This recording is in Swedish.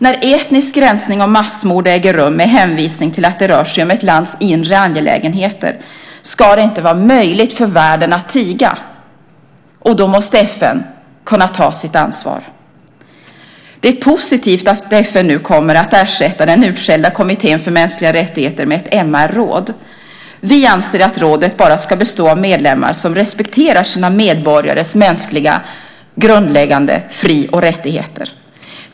När etnisk rensning och massmord äger rum med hänvisning till att det rör sig om ett lands inre angelägenheter ska det inte vara möjligt för världen att tiga. Då måste FN kunna ta sitt ansvar. Det är positivt att FN nu kommer att ersätta den utskällda kommittén för mänskliga rättigheter med ett MR-råd. Vi anser att rådet bara ska bestå av medlemmar som respekterar sina medborgares mänskliga grundläggande fri och rättigheter.